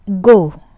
go